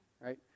right